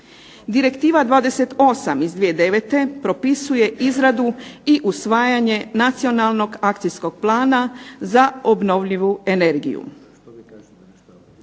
Direktiva 28 iz 2009. propisuje izradu i usvajanje nacionalnog akcijskog plana za obnovljivu energiju.